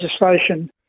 legislation